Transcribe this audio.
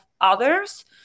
others